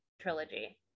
trilogy